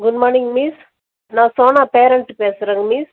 good morning miss நான் Sona parent பேசுகிறேன் miss